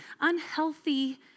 unhealthy